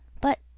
But